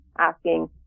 asking